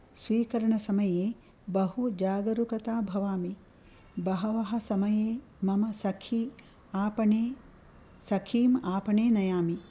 स्वीकरणसमये बहु जागरूकता भवामि बहवः समये मम सखि आपणे सखीम् आपणे नयामि